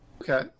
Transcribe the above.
Okay